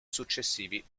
successivi